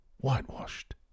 Whitewashed